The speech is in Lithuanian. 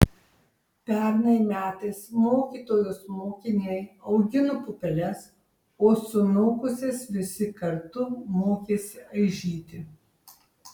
pernai metais mokytojos mokiniai augino pupeles o sunokusias visi kartu mokėsi aižyti